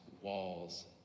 walls